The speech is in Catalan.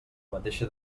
mateixa